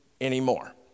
anymore